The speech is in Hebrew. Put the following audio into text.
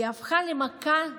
הפכה למכת מדינה.